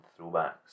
throwbacks